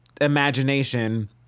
imagination